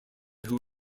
who